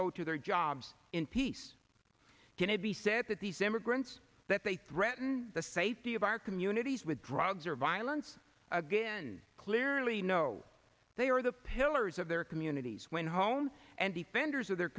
go to their jobs in peace can it be said that these immigrants that they threaten the safety of our communities with drugs or violence clearly know they are the pillars of their communities when hone and defenders of their